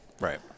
Right